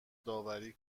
داوری